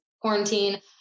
quarantine